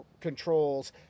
Control's